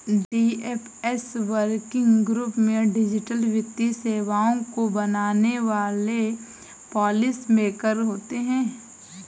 DFS working group में digital वित्तीय सेवाओं को बनाने वाले पॉलिसी मेकर होते हैं